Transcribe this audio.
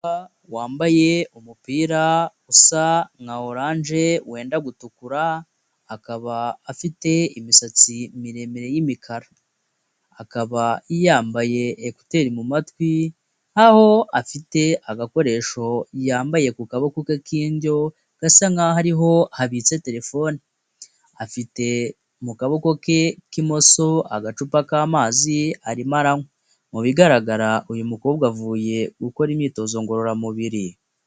Umukobwa wambaye umupira usa nka oranje wenda gutukura, akaba afite imisatsi miremire y'imikara. Akaba yambaye ekuteri mu matwi nkaho afite agakoresho yambaye ku kaboko ke k'indyo gasa nkaho ariho habitse terefone. Afite mu kaboko ke k'imoso agacupa k'amazi arimo aranywa, mu bigaragara uyu mukobwa avuye gukora imyitozo ngororamubiri.